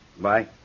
Bye